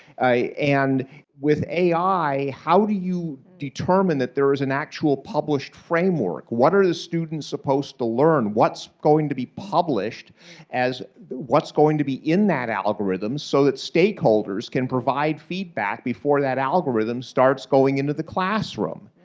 and with ai, how do you determine that there is an actual published framework? what are the students supposed to learn? what's going to be published as what's going to be in that algorithm so that stakeholders can provide feedback before that algorithm starts going into the classroom?